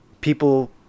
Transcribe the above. people